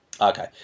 Okay